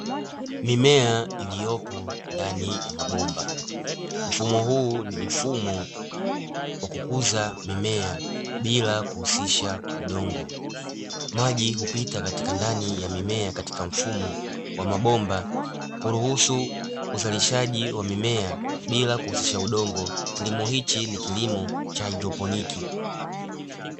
Mimea iliyopo ndani ya mabomba. Mfumo huu ni mfumo wa kukuza mimea bila kuhusisha udongo. Maji hupita katika ndani ya mimea katika mfumo wa mabomba kuruhusu uzalishaji wa mimea bila kuhusisha udongo. Kilimo hichi ni kilimo cha haidroponiki.